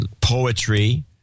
poetry